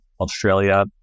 Australia